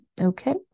okay